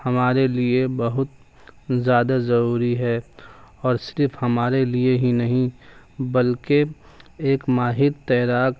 ہمارے لیے بہت زیادہ ضروری ہے اور صرف ہمارے لیے ہی نہیں بلکہ ایک ماہر تیراک